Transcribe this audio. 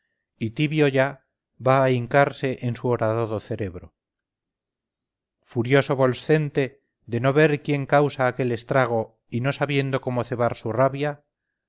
y tibio ya va a hincarse en su horadado cerebro furioso volscente de no ver quién causa aquel estrago y no sabiendo cómo cebar su rabia